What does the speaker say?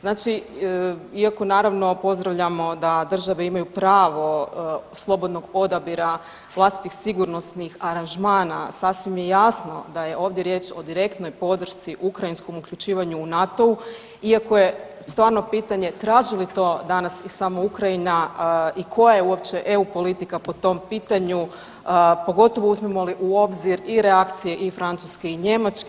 Znači iako naravno, pozdravljamo da države imaju pravo slobodnog odabira vlastitih sigurnosnih aranžmana, sasvim je jasno da je ovdje riječ o direktnoj podršci ukrajinskom uključivanju u NATO-u iako je stvarno pitanje traži li to danas i sama Ukrajina i koja je uopće EU politika po tom pitanju, pogotovo uzmemo li u obzir i reakcije i Francuske i Njemačke.